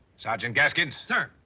sergeant gaskins? sir.